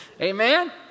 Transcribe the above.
Amen